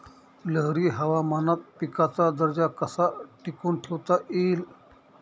लहरी हवामानात पिकाचा दर्जा कसा टिकवून ठेवता येईल?